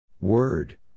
Word